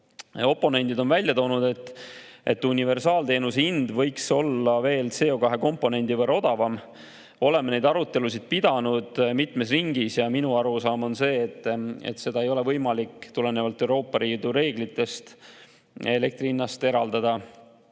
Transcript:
Oponendid on välja toonud, et universaalteenuse hind võiks olla veel CO2-komponendi võrra odavam. Oleme neid arutelusid pidanud mitmes ringis. Minu arusaam on see, et seda ei ole võimalik tulenevalt Euroopa Liidu reeglitest elektri hinnast eraldada.